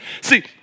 See